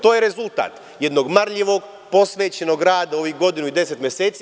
To je rezultat jednog marljivog, posvećenog rada u godini i 10 meseci.